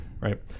Right